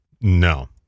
no